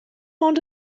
ond